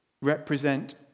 represent